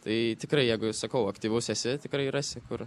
tai tikrai jeigu sakau aktyvus esi tikrai rasi kur